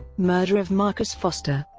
murder of marcus foster